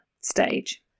stage